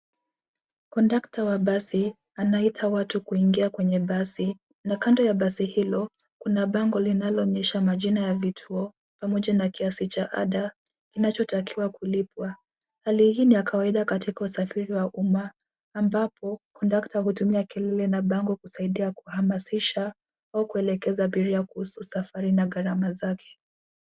Kondakta wa basi anaita watu kuingia kwenye basi na kando ya basi hilo kuna bango linaloonyesha majina ya vituo pamoja na kiasi cha ada inachotakiwa kulipwa. Hali hii ni ya kawaida katika usafiri wa umma ambapo kondakta hutumia kelele na bango kusaidia kuhamasisha au kuelekeza abiria kuhusu safari na gharama zake.